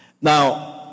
Now